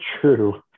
true